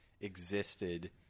existed